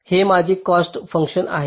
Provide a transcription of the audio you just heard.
हे माझे cost function आहे